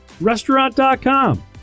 Restaurant.com